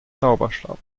zauberstab